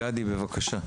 גדי, בבקשה.